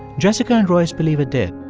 jessica and royce believe it did.